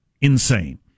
insane